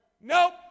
Nope